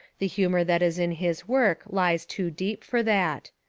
the humour that is in his work lies too deep for that.